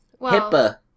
HIPAA